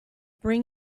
bring